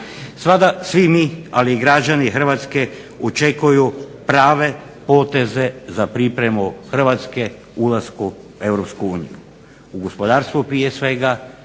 Sada svi mi, ali i građani Hrvatske, očekujemo prave poteze za pripremu Hrvatske ulasku u EU. U gospodarstvu prije svega,